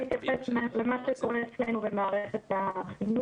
הראיה שלנו בחינוך